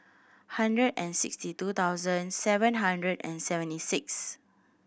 hundred and sixty two thousand seven hundred and seventy six